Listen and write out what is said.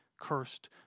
cursed